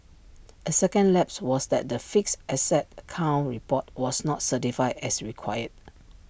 A second lapse was that the fixed asset count report was not certified as required